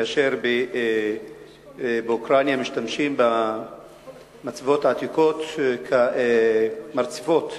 שבאוקראינה משתמשים במצבות העתיקות כמרצפות,